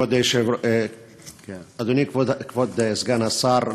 אדוני כבוד סגן השר,